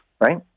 Right